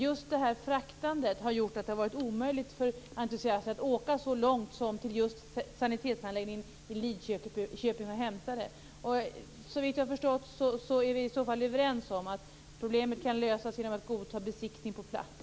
Just det här fraktandet har gjort att det har varit omöjligt för entusiaster att åka så långt som just till sanitetsanläggningen i Lidköping och hämta djuret. Såvitt jag har förstått så är vi i så fall överens om att problemet kan lösas genom att man godtar besiktning på plats.